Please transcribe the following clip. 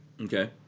Okay